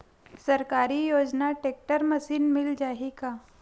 सरकारी योजना tractor machine मिल जाही का?